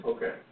Okay